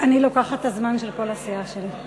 אני לוקחת את הזמן של כל הסיעה שלי.